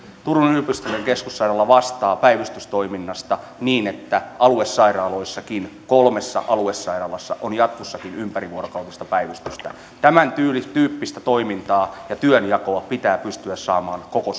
turun yliopistollinen keskussairaala vastaa päivystystoiminnasta niin että aluesairaaloissakin kolmessa aluesairaalassa on jatkossakin ympärivuorokautista päivystystä tämäntyyppistä toimintaa ja työnjakoa pitää pystyä saamaan koko